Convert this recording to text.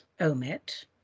Omit